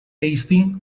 tasty